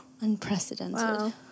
Unprecedented